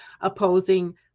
opposing